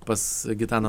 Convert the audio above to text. pas gitaną